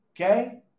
Okay